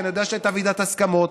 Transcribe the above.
אני יודע שהייתה ועדת הסכמות,